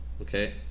Okay